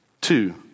Two